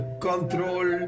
control